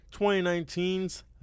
2019's